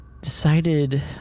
decided